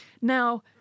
Now